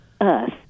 earth